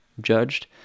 judged